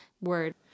word